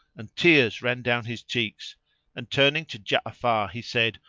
and tears ran down his cheeks and turning to ja'afar he said,